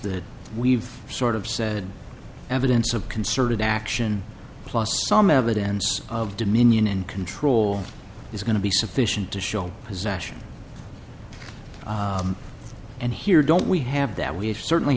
that we've sort of said evidence of concerted action plus some evidence of dominion and control is going to be sufficient to show possession and here don't we have that we certainly